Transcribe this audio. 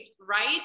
right